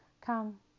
Come